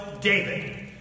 David